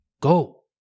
go